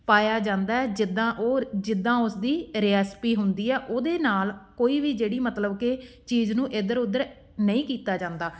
ਪਾਇਆ ਜਾਂਦਾ ਜਿੱਦਾਂ ਉਹ ਜਿੱਦਾਂ ਉਸਦੀ ਰੈਸਪੀ ਹੁੰਦੀ ਹੈ ਉਹਦੇ ਨਾਲ ਕੋਈ ਵੀ ਜਿਹੜੀ ਮਤਲਬ ਕਿ ਚੀਜ਼ ਨੂੰ ਇੱਧਰ ਉੱਧਰ ਨਹੀਂ ਕੀਤਾ ਜਾਂਦਾ